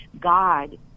God